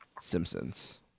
Simpsons